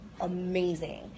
Amazing